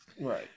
Right